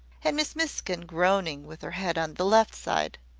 and miss miskin groaning, with her head on the left side.